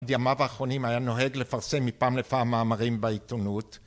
בימיו האחרונים היה נוהג לפרסם מפעם לפעם מאמרים בעיתונות